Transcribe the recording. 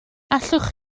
allwch